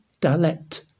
Dalet